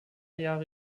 jahre